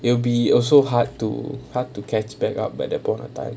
it will be also hard to hard to catch backed up by that point of time